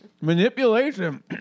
Manipulation